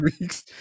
week's